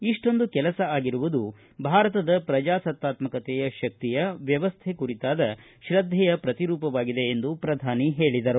ಇಷ್ನೊಂದು ಕೆಲಸ ಆಗಿರುವುದು ಭಾರತದ ಪ್ರಜಾಸತ್ತಾತ್ಕಕತೆಯ ಶಕ್ತಿಯ ವ್ಯವಸ್ಥೆ ಕುರಿತಾದ ಶ್ರದ್ದೆಯ ಪ್ರತಿರೂಪವಾಗಿದೆ ಎಂದು ಪ್ರಧಾನಿ ಹೇಳಿದರು